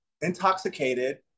intoxicated